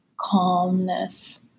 calmness